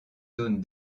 zone